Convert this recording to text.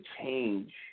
change